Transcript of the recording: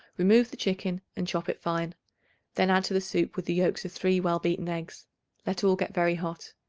remove the chicken and chop it fine then add to the soup with the yolks of three well-beaten eggs let all get very hot.